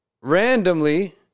Randomly